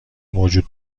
موجود